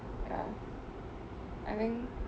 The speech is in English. ya I think